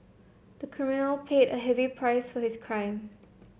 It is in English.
the criminal paid a heavy price for his crime